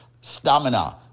stamina